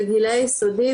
לגילאי יסודי,